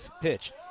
pitch